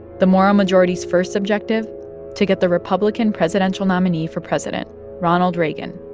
the moral majority's first objective to get the republican presidential nominee for president ronald reagan,